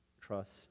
trust